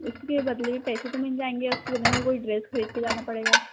उसके बदले में पैसे तो मिल जाएँगे या उसके बदले में कोई ड्रेस ख़रीद के जाना पड़ेगा